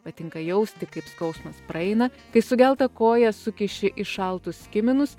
patinka jausti kaip skausmas praeina kai sugelta koją sukiši į šaltus kiminus